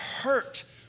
hurt